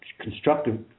constructive